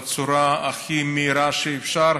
בצורה הכי מהירה שאפשר,